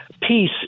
peace